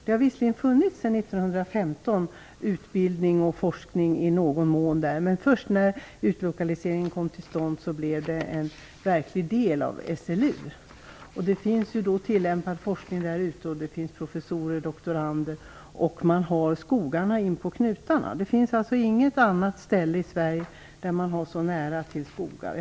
Det har visserligen sedan 1915 funnits utbildning och forskning där i någon mån. Men först när utlokaliseringen kom till stånd blev Garpenberg en del av SLU. Det sker tillämpad forskning där. Det finns professorer och doktorander. Man har skogarna inpå knutarna. Det finns inget annat sådant ställe i Sverige där man har så nära till skogen.